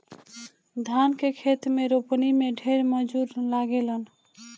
धान के खेत में रोपनी में ढेर मजूर लागेलन